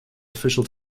official